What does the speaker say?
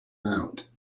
out